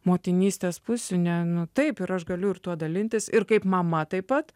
motinystės pusių ne nu taip ir aš galiu ir tuo dalintis ir kaip mama taip pat